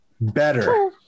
Better